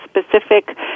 specific